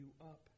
up